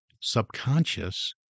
subconscious